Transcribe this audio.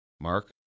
Mark